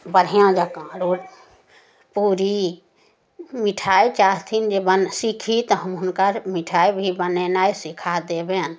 बढ़िआँ जकाँ रो पूड़ी मिठाइ चाहथिन जे बन सीखी तऽ हम हुनकर मिठाइ भी बनेनाइ सिखा देबनि